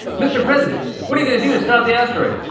mr. president, what are you gonna do to stop the asteroid?